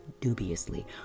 dubiously